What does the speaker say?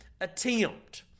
attempt